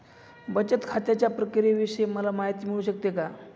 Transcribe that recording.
बचत खात्याच्या प्रक्रियेविषयी मला माहिती मिळू शकते का?